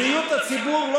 בריאות הציבור לא